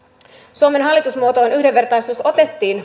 suomen hallitusmuotoon yhdenvertaisuus otettiin